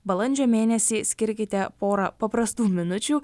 balandžio mėnesį skirkite porą paprastų minučių